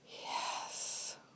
Yes